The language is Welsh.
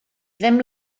ddim